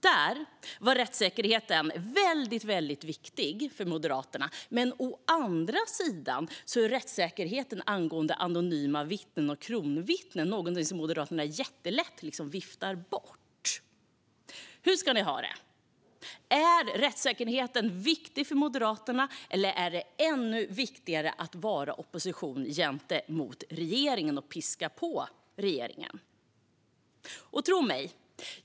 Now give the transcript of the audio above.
Där är å ena sidan rättssäkerheten mycket viktig för Moderaterna, men å andra sidan är rättssäkerheten angående anonyma vittnen och kronvittnen något som Moderaterna lätt viftar bort. Hur ska ni ha det? Är rättssäkerheten viktig för Moderaterna, eller är det ännu viktigare att vara opposition gentemot regeringen och piska på regeringen? Tro mig!